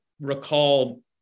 recall